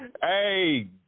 Hey